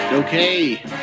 Okay